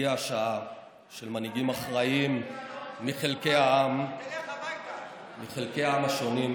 הגיעה השעה של מנהיגים אחראיים מחלקי העם השונים לעצור,